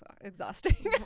exhausting